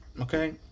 okay